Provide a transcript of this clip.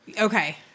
Okay